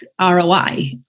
ROI